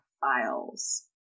files